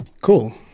Cool